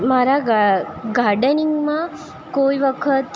મારા ગાર્ડનિંગમાં કોઈ વખત